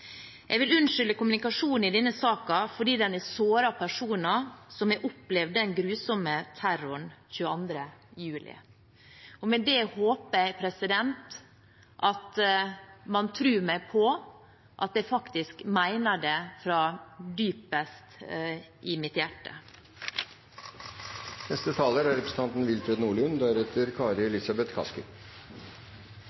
Jeg vil unnskylde kommunikasjonen i denne saken fordi den har såret personer som har opplevd den grusomme terroren 22. juli. Med det håper jeg at man tror meg på at jeg faktisk mener det fra dypest i mitt hjerte. Senterpartiet har ment at det er